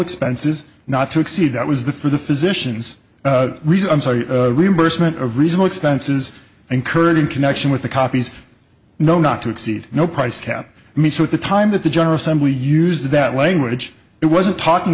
expenses not to exceed that was the for the physicians reason i'm sorry reimbursement of reason expenses incurred in connection with the copies no not to exceed no price cap me so at the time that the general assembly used that language it wasn't talking